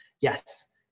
Yes